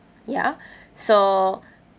ya so